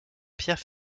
pierre